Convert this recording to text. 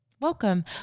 Welcome